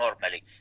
normally